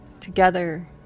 together